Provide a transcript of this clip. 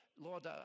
lord